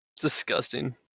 Disgusting